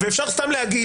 איך זה יעבוד?